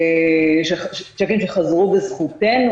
צ'קים שחזרו בזכותנו,